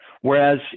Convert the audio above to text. Whereas